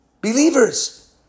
Believers